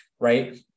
right